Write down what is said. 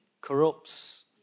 corrupts